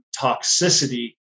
toxicity